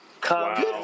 come